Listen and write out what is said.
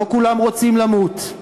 לא כולם רוצים למות.